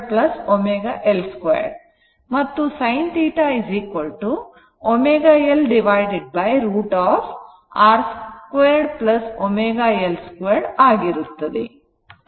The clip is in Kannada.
ಮತ್ತು sin θ ω L √ R 2 ω L 2 ಆಗಿರುತ್ತದೆ